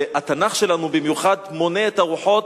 והתנ"ך שלנו במיוחד מונה את הרוחות